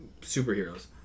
superheroes